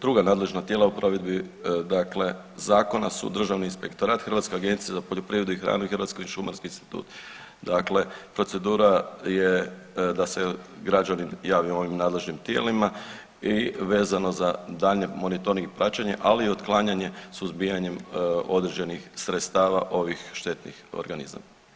druga nadležna tijela u provedbi dakle zakona su državni inspektorat, Hrvatska agencija za poljoprivredu i hranu i Hrvatski šumarski institut, dakle procedura je da se građani jave ovim nadležnim tijelima i vezano za daljnje monitoring i praćenje, ali i otklanjanje suzbijanjem određenih sredstava ovih štetnih organizama.